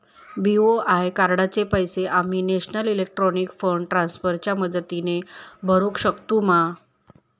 BOI कार्डाचे पैसे आम्ही नेशनल इलेक्ट्रॉनिक फंड ट्रान्स्फर च्या मदतीने भरुक शकतू मा?